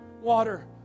water